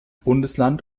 bundesland